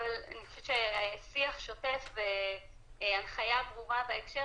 יש עוד משהו שאת חושבת שכדאי שנדע מבחינת הבעייתיות במעקב אחרי הנוער